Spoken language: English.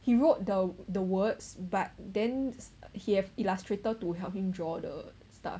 he wrote the the words but then he have illustrator to help him draw the stuff